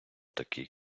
такий